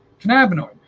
cannabinoid